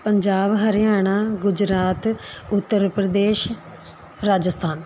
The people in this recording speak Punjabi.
ਪੰਜਾਬ ਹਰਿਆਣਾ ਗੁਜਰਾਤ ਉੱਤਰ ਪ੍ਰਦੇਸ਼ ਰਾਜਸਥਾਨ